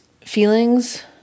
feelings